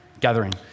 gathering